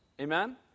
Amen